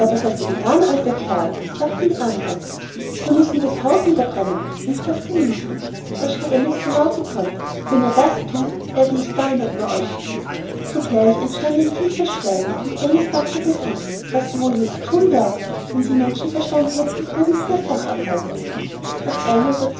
das hast du gethan alter kerl sagten die andern wir müssen das haus niederbrennen rief das kaninchen da schrie alice so laut sie konnte wenn ihr das thut werde ich dinah über euch schicken sogleich entstand tiefes schweigen und alice dachte bei sich was sie wohl jetzt thun werden wenn sie menschenverstand hätten würden sie das dach abreißen nach einer oder